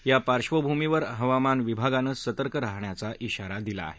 या पार्वभूमीवर हवामान विभागानं सतर्क राहण्याचा श्राारा दिला आहे